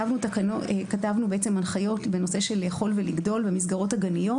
כתבנו הנחיות בנושא של לאכול ולגדול במסגרות הגניות